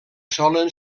solen